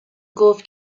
گفت